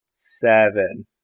Seven